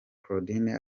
claudine